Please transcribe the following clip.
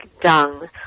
dung